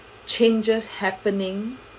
changes happening